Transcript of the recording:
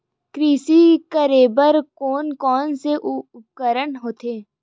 कृषि करेबर कोन कौन से उपकरण होथे?